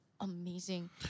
amazing